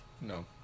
No